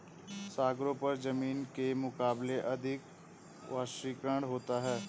सागरों पर जमीन के मुकाबले अधिक वाष्पीकरण होता है